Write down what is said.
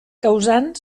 causant